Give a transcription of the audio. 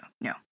no